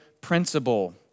principle